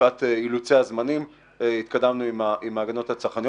מפאת אילוצי הזמנים התקדמנו עם ההגנות הצרכניות